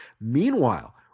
Meanwhile